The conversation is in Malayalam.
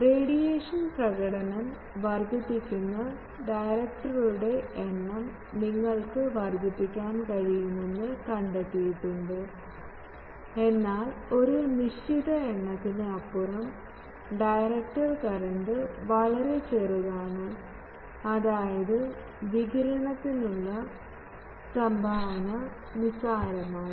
റേഡിയേഷൻ പ്രകടനം വർദ്ധിപ്പിക്കുന്ന ഡയറക്ടർരുടെ എണ്ണം നിങ്ങൾക്ക് വർദ്ധിപ്പിക്കാൻ കഴിയുമെന്ന് കണ്ടെത്തിയിട്ടുണ്ട് എന്നാൽ ഒരു നിശ്ചിത എണ്ണത്തിന് അപ്പുറം ഡയറക്ടർ കറന്റ് വളരെ ചെറുതാണ് അതായത് വികിരണത്തിനുള്ള സംഭാവന നിസാരമാണ്